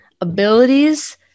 abilities